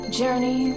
journey